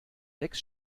lecks